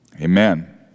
Amen